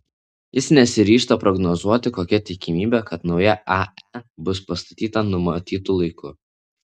jis nesiryžta prognozuoti kokia tikimybė kad nauja ae bus pastatyta numatytu laiku